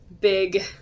big